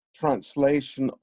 translation